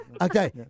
okay